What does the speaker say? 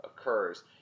occurs